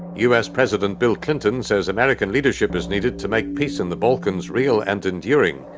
us president bill clinton says american leadership is needed to make peace in the balkans real and enduring.